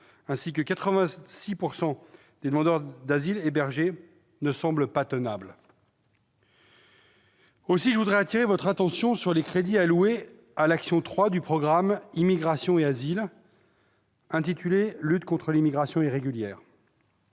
d'asile et 86 % de demandeurs d'asile hébergés -ne semblent pas tenables. Je voudrais attirer votre attention sur les crédits alloués à l'action n° 03 du programme « Immigration et asile », intitulée Lutte contre l'immigration irrégulière.